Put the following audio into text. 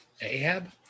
Ahab